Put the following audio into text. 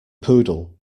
poodle